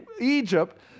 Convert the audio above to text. Egypt